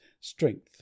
strength